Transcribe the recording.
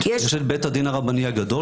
יש את בית הדין הרבני הגדול,